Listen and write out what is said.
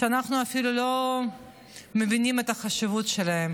שאנחנו אפילו לא מבינים את החשיבות שלה,